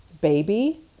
baby